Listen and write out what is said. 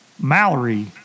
Mallory